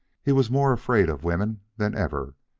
he was more afraid of women than ever.